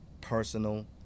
personal